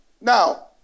Now